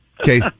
Okay